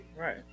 Right